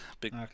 big